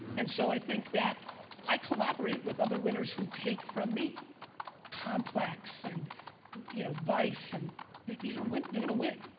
and so i think that i collaborate with other winners who take from me complex and you know vice and these are win they're gonna win.